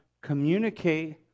Communicate